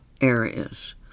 areas